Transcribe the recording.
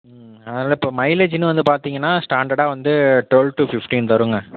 அதில் இப்போ மைலேஜுன்னு வந்து பார்த்திங்கனா ஸ்டாண்டடாக வந்து டுவல் டூ ஃபிஃப்ட்டின் தரும்ங்க